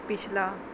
ਪਿਛਲਾ